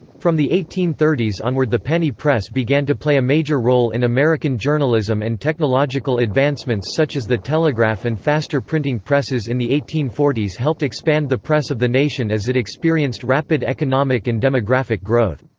from the eighteen thirty s onward the penny press began to play a major role in american journalism and technological advancements such as the telegraph and faster printing presses in the eighteen forty s helped expand the press of the nation as it experienced rapid economic and demographic growth.